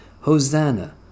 Hosanna